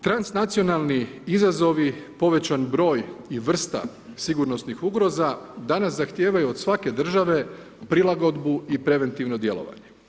Transnacionalni izazovi, povećan broj i vrsta sigurnosnih ugroza danas zahtijevaju od svake države prilagodbu i preventivno djelovanje.